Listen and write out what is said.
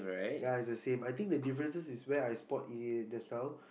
ya it's the same I think the differences is where I spot it in just now